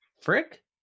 Frick